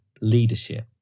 leadership